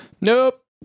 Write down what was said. Nope